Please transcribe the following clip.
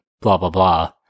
blah-blah-blah